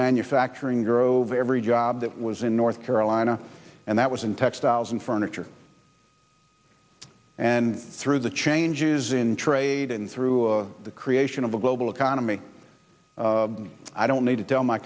manufacturing grove every job that was in north carolina and that was in textiles and furniture and through the changes in trade and through the creation of a global economy i don't need to tell my